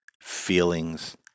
feelings